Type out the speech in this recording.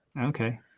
Okay